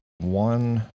One